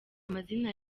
amazina